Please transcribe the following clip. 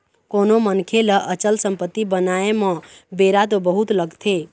कोनो मनखे ल अचल संपत्ति बनाय म बेरा तो बहुत लगथे